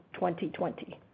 2020